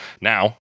Now